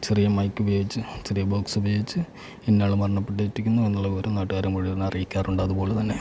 ചെറിയ മൈക്ക് ഉപയോഗിച്ചു ചെറിയ ബോക്സ് ഉപയോഗിച്ച് ഇന്ന ആൾ മരണപ്പെട്ടിരിക്കുന്നു എന്നുള്ള വിവരം നാട്ടുക്കാരെ മുഴുവൻ അറിയിക്കാറുണ്ട് അതുപോലെ തന്നെ